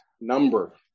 number